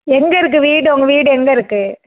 எங்கள் இருக்குது வீடு உங்கள் வீடு எங்கே இருக்குது